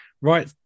right